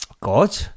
God